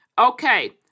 Okay